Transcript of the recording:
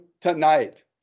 tonight